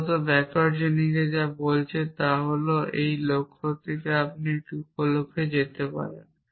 মূলত backward chaining যা বলছে তা হল একটি লক্ষ্য থেকে আপনি মূলত একটি উপ লক্ষ্যে যেতে পারেন